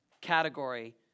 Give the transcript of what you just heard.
category